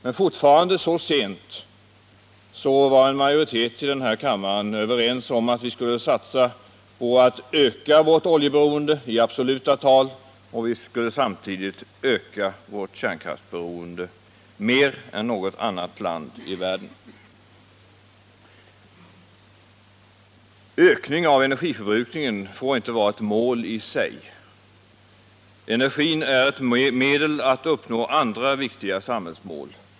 Men så sent var fortfarande en majoritet av denna kammare överens om att vi skulle satsa på att öka vårt oljeberoende i absoluta tal. Vi skulle samtidigt öka vårt kärnkraftsberoende mer än något annat land i världen. Ökning av energiförbrukningen får inte vara ett mål i sig. Energin är ett medel att uppnå andra viktiga samhällsmål.